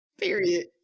Period